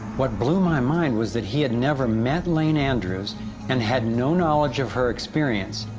what blew my mind was that he had never met lane andrews and had no knowledge of her experience,